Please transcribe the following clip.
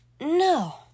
no